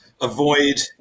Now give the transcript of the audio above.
avoid